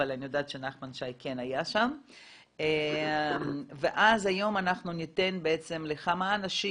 אבל אני יודעת שנחמן שי כן היה שם והיום אנחנו ניתן לכמה אנשים,